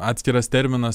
atskiras terminas